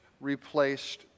replaced